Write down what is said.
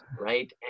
right